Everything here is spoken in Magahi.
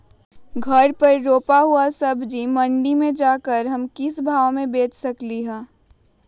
घर पर रूपा हुआ सब्जी छोटे मंडी में जाकर हम किस भाव में भेज सकते हैं?